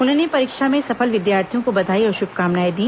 उन्होंने परीक्षा में सफल विद्यार्थियों को बधाई और शुभकामनाएं दी